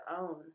own